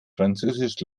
französisch